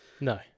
No